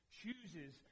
chooses